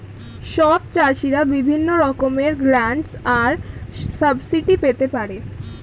সব চাষীরা বিভিন্ন রকমের গ্র্যান্টস আর সাবসিডি পেতে পারে